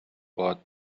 باد